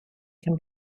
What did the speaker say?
can